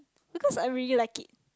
because I really like it